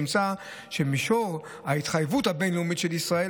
נמצא שבמישור ההתחייבות הבין-לאומית של ישראל,